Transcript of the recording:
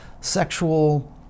sexual